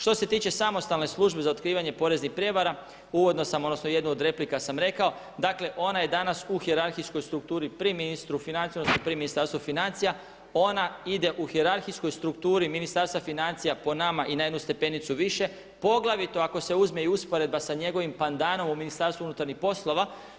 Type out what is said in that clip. Što se tiče samostalne službe za otkrivanje poreznih prijevara uvodno sam, odnosno jednu od replika sam rekao, dakle ona je danas u hijerarhijskoj strukturi pri ministra financija odnosno pri Ministarstvu financija ona ide u hijerarhijskoj strukturi Ministarstva financija po nama i na jednu stepenicu više, poglavito ako se uzme i usporedba sa njegovim pandanom u Ministarstvu unutarnjih poslova.